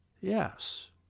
Yes